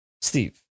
Steve